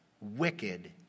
wicked